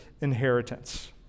inheritance